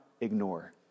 ignore